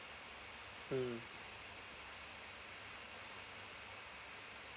mm